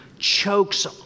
chokes